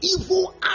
evil